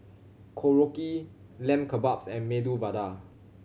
Korokke Lamb Kebabs and Medu Vada